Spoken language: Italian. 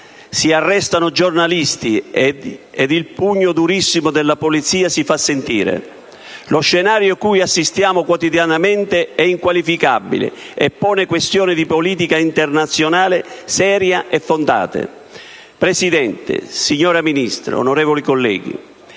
Si arrestano giornalisti ed il pugno durissimo della polizia si fa sentire. Lo scenario cui assistiamo quotidianamente è inqualificabile e pone questioni di politica internazionale serie e fondate. Signor Presidente, signora Ministro, onorevoli colleghi,